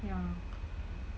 ya